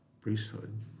priesthood